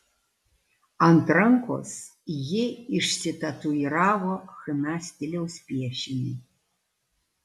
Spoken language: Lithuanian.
ant rankos ji išsitatuiravo chna stiliaus piešinį